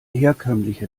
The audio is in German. herkömmliche